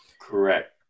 Correct